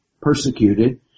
persecuted